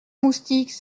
moustique